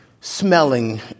smelling